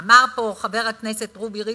אמר פה חבר הכנסת רובי ריבלין,